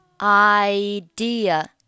Idea